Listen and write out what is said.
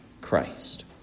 Christ